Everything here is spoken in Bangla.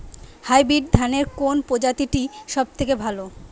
হাইব্রিড ধানের কোন প্রজীতিটি সবথেকে ভালো?